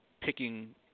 picking